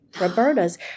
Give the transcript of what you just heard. Roberta's